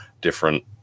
different